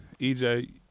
EJ